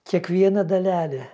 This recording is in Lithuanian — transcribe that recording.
kiekviena dalelė